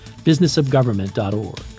businessofgovernment.org